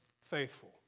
faithful